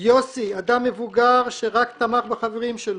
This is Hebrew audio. יוסי, אדם מבוגר שרק תמך בחברים שלו,